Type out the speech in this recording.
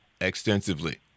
extensively